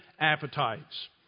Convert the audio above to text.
Appetites